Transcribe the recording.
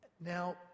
Now